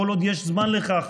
כל עוד יש זמן לכך,